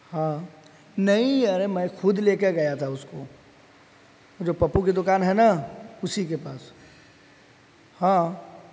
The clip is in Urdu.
ہاں نہیں ارے میں خود لے کے گیا تھا اس کو جو پپو کی دکان ہے نا اسی کے پاس ہاں